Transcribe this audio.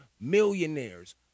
millionaires